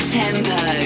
tempo